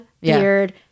beard